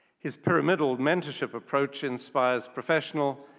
his pyramidal mentorship approach inspires professional,